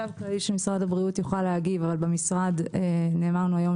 החשב הכללי של משרד הבריאות יוכל להגיב אבל במשרד נאמר לנו היום